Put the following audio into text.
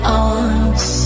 arms